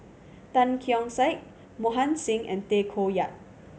Tan Keong Saik Mohan Singh and Tay Koh Yat